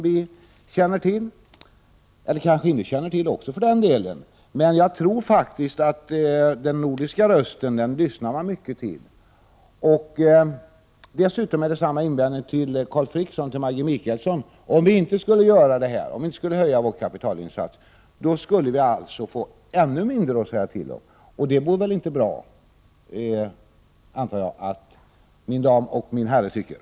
Dessutom har jag samma invändning gentemot Carl Frick som beträffande Maggi Mikaelsson: Om vi inte skulle höja vår kapitalinsats skulle vi få ännu mindre att säga till om, och jag antar att min dam och min herre inte tycker att det vore bra.